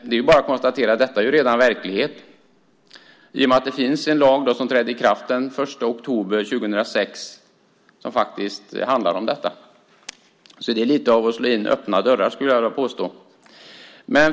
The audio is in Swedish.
Det är bara att konstatera att detta redan är verklighet i och med att det finns en lag som trädde i kraft den 1 oktober 2006 som faktiskt handlar om detta, så det är lite att slå in öppna dörrar, skulle jag vilja påstå.